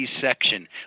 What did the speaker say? section